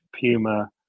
Puma